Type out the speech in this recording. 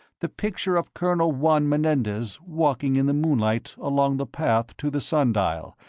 the picture of colonel juan menendez walking in the moonlight along the path to the sun-dial,